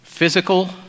physical